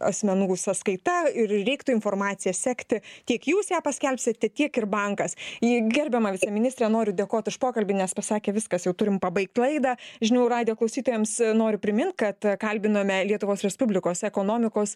asmenų sąskaita ir reiktų informaciją sekti tiek jūs ją paskelbsit tiek ir bankas į gerbiamą viceministrę noriu dėkot už pokalbį nes pasakė viskas jau turim pabaigt laidą žinių radijo klausytojams noriu primint kad kalbinome lietuvos respublikos ekonomikos